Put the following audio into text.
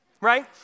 Right